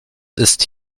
ist